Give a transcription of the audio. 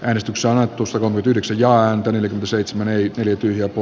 risto sahatusta lumitykiksi ja anton yli seitsemän ei selity joku